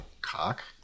Cock